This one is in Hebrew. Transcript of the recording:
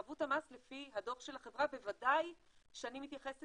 חבות המס לפי הדוח של החברה בוודאי שאני מתייחסת